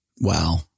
Wow